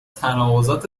تناقضات